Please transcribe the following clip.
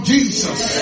Jesus